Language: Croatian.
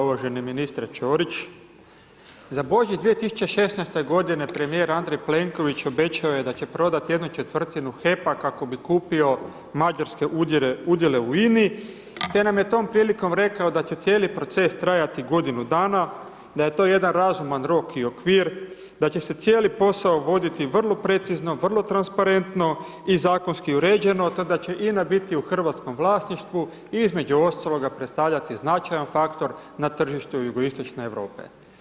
Uvaženi ministre Ćorić, za Božić 2016.g. premijer Andrej Plenković obećao je da će prodat ¼ HEP-a kako bi kupio mađarske udjele u INA-i, te nam je tom prilikom rekao da će cijeli proces trajati godinu dana, da je to jedan razuman rok i okvir, da će se cijeli posao voditi vrlo precizno, vrlo transparentno i zakonski uređeno, te da će INA biti u hrvatskom vlasništvu, između ostaloga, predstavljati značajan faktor na tržištu jugoistočne Europe.